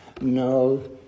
No